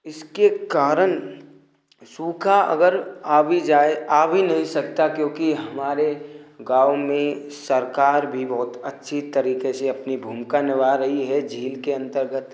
इसके कारण सूखा अगर आ भी जाए आ भी नहीं सकता क्योंकि हमारे गाँव में सरकार भी बहुत अच्छी तरीके से अपनी भूमिका निभा रही है झील के अंतर्गत